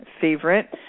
favorite